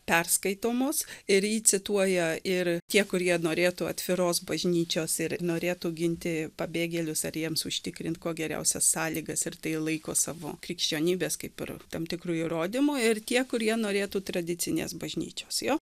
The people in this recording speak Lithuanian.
perskaitomos ir jį cituoja ir tie kurie norėtų atviros bažnyčios ir norėtų ginti pabėgėlius ar jiems užtikrint kuo geriausias sąlygas ir tai laiko savo krikščionybės kaip ir tam tikru įrodymu ir tie kurie norėtų tradicinės bažnyčios jo